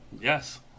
Yes